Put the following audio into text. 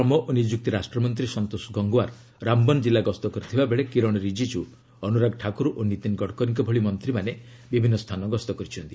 ଶ୍ରମ ଓ ନିଯୁକ୍ତି ରାଷ୍ଟ୍ରମନ୍ତ୍ରୀ ସନ୍ତୋଷ ଗଙ୍ଗୱାର ରାମବନ ଜିଲ୍ଲା ଗସ୍ତ କରିଥିବା ବେଳେ କିରଣ ରିଜିକ୍ଟୁ ଅନୁରାଗ ଠାକୁର ଓ ନୀତିନ ଗଡ଼କରୀଙ୍କ ଭଳି ମନ୍ତ୍ରୀମାନେ ବିଭିନ୍ନ ସ୍ଥାନ ଗସ୍ତ କରିଛନ୍ତି